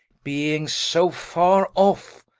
being so farre off,